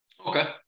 Okay